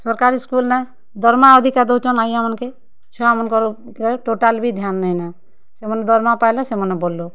ସର୍କାରୀ ସ୍କୁଲ୍ନେ ଦର୍ମା ଅଧିକା ଦେଉଛନ୍ ଆଜ୍ଞା ମାନ୍କେ ଛୁଆ ମାନ୍କଁର୍ ଉପ୍ରେ ଟୋଟାଲି ବି ଧ୍ୟାନ୍ ନେଇ ନେ ସେମାନେ ଦର୍ମା ପାଏଲେ ସେମାନେ ବଡ଼୍ ଲୋକ୍